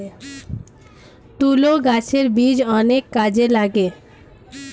তুলো গাছের বীজ অনেক কাজে লাগে